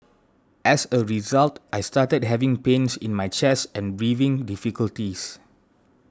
as a result I started having pains in my chest and breathing difficulties